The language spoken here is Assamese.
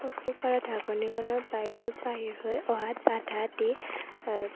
কুকাৰৰ ঢাকনিখনৰ পাৰিটো বাহিৰ হৈ অহাত বাধা দি